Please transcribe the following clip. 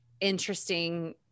interesting